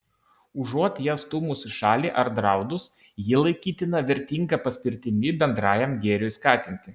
užuot ją stūmus į šalį ar draudus ji laikytina vertinga paspirtimi bendrajam gėriui skatinti